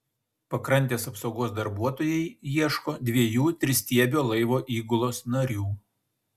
pakrantės apsaugos darbuotojai ieško dviejų tristiebio laivo įgulos narių